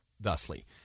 thusly